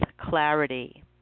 clarity